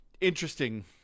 Interesting